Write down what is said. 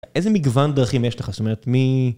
איזה מגוון דרכים יש לך, זאת אומרת, מי...